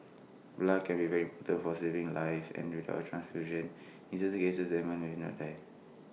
blood can be very important for saving lives and without transfusion in certain cases the animal will not date